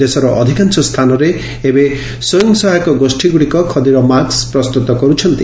ଦେଶର ଅଧିକାଂଶ ସ୍ରାନରେ ଏବେ ସ୍ୱୟଂସହାୟକ ଗୋଷୀଗୁଡ଼ିକ ଖଦୀର ମାସ୍କ ପ୍ରସ୍ଠୁତ କରୁଛନ୍ତି